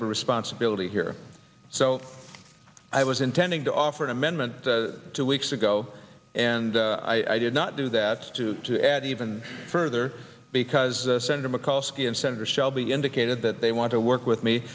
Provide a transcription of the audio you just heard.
have a responsibility here so i was intending to offer an amendment two weeks ago and i did not do that to to add even further because senator mikulski and senator shelby indicated that they want to work with me